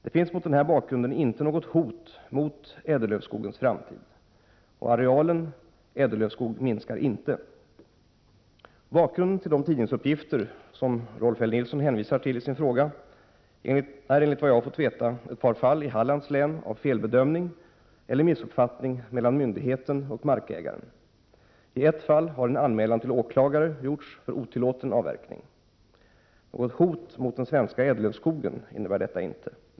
Det finns mot den här bakgrunden inte något hot mot ädellövskogens framtid. Arealen ädellövskog minskar inte. Bakgrunden till de tidningsuppgifter som Rolf L Nilson hänvisar till i sin fråga är enligt vad jag har fått veta ett par fall i Hallands län av felbedömning eller missuppfattning mellan myndigheten och markägaren. I ett fall har en anmälan till åklagare gjorts för otillåten avverkning. Något hot mot den svenska ädellövskogen innebär detta inte.